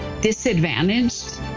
disadvantaged